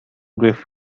grief